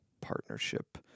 partnership